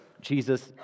Jesus